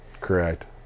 correct